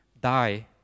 die